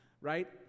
right